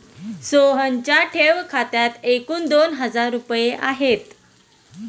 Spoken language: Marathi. सोहनच्या ठेव खात्यात एकूण दोन हजार रुपये आहेत